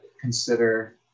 consider